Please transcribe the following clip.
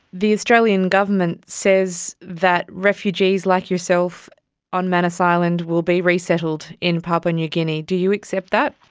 the australian government says that refugees like yourself on manus island will be resettled in papua new guinea. do you accept that?